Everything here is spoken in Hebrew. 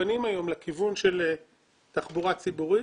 מוכוונים היום לכיוון של תחבורה ציבורית.